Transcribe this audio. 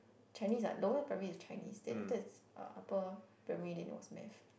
Chinese ah lower primary it's Chinese then after that it's uh upper primary then it was Math